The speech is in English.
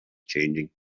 changing